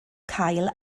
cael